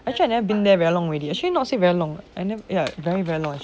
actually I never been there very long already actually not say very long I never ya very very long actually